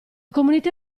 comunità